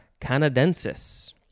canadensis